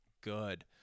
good